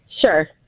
Sure